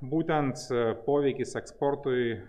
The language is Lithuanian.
būtent poveikis eksportui